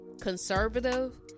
conservative